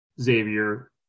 Xavier